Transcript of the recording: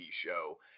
show